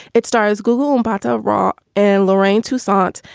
it stars google, mbatha-raw and laraine to sort.